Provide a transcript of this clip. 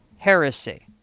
heresy